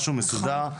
משהו מסודר,